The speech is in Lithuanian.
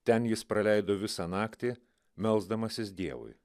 ten jis praleido visą naktį melsdamasis dievui